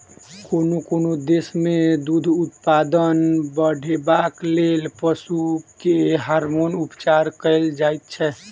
कोनो कोनो देश मे दूध उत्पादन बढ़ेबाक लेल पशु के हार्मोन उपचार कएल जाइत छै